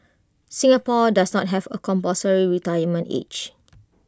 Singapore does not have A compulsory retirement age